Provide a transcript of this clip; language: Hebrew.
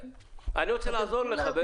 אני רוצה לעזור לך.